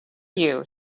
you